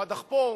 הדחפור,